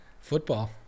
football